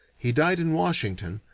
he died in washington,